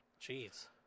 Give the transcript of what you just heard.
Jeez